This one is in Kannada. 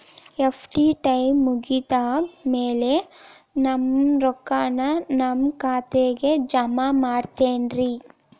ಎಫ್.ಡಿ ಟೈಮ್ ಮುಗಿದಾದ್ ಮ್ಯಾಲೆ ನಮ್ ರೊಕ್ಕಾನ ನಮ್ ಖಾತೆಗೆ ಜಮಾ ಮಾಡ್ತೇರೆನ್ರಿ?